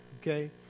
okay